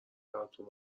براتون